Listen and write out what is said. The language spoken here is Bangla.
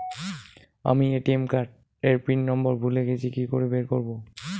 আমি এ.টি.এম কার্ড এর পিন নম্বর ভুলে গেছি কি করে বের করব?